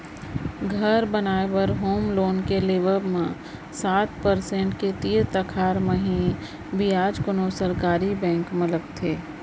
घर बनाए बर होम लोन के लेवब म सात परसेंट के तीर तिखार म ही बियाज कोनो सरकारी बेंक म लगथे